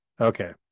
Okay